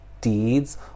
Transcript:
deeds